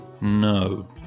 No